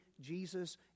Jesus